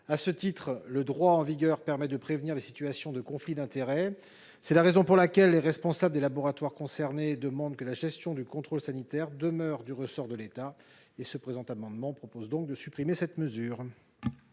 de l'État. Le droit en vigueur permet de prévenir les situations de conflits d'intérêts. C'est la raison pour laquelle les responsables des laboratoires concernés demandent que la gestion du contrôle sanitaire demeure du ressort de l'État. Tel est l'objet de cet amendement.